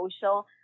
social